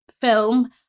film